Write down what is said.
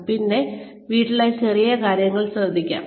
എന്നാൽ പിന്നെ വീട്ടിലെ ചെറിയ കാര്യങ്ങൾ ശ്രദ്ധിക്കാം